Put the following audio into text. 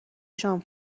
شام